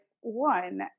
one